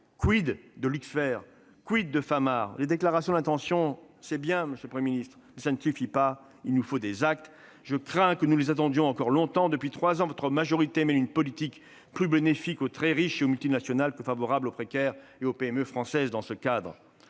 mais de Luxfer, de Famar ? Les déclarations d'intention, c'est bien, monsieur le Premier ministre, mais cela ne suffit pas : il nous faut des actes, et je crains que nous ne les attendions encore longtemps. Depuis trois ans, votre majorité mène une politique plus bénéfique aux très riches et aux multinationales qu'elle n'est favorable aux précaires et aux PME françaises.